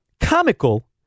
comical